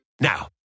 Now